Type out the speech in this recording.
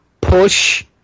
push